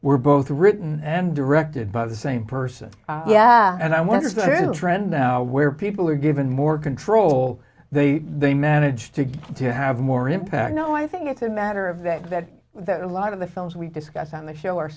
were both written and directed by the same person yeah and i wonder if there is a trend now where people are given more control they they manage to get to have more impact no i think it's a matter of that that that a lot of the films we discuss on the show are